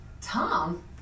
Tom